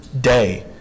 day